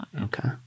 Okay